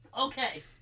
Okay